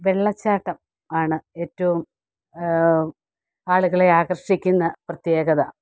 വെള്ളച്ചാട്ടം ആണ് ഏറ്റവും ആളുകളെ ആകർഷിക്കുന്ന പ്രത്യേകത